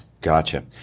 Gotcha